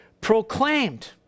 proclaimed